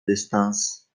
dystans